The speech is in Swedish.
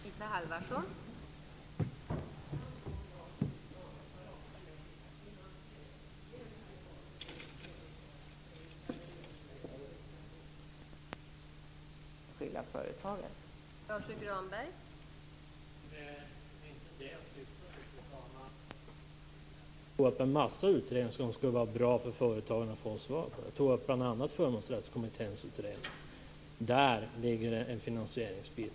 Fru talman! Det var inte det jag syftade på, utan jag tog upp att det vore bra för företagarna att få svar från en massa utredningar. Jag tog bl.a. upp Förmånsrättskommitténs utredning, som innehåller en finansieringsdel.